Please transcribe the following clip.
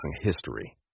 history